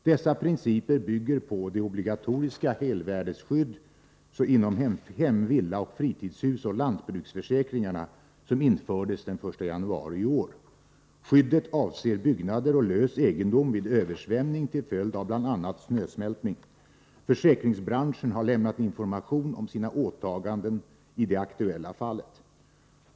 Dessa principer bygger på det obligatoriska helvärdesskydd inom hem-, villa-, fritidshusoch lantbruksförsäkringarna som infördes den 1 januari i år. Skyddet avser byggnader och lös egendom vid översvämning till följd av bl.a. snösmältning. Försäkringsbranschen har lämnat information om sina åtaganden i det aktuella fallet.